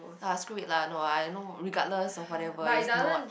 ah screw it lah no I know regardless or whatever it's not